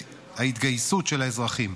ההתגייסות של האזרחים,